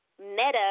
meta